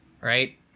right